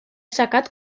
assecat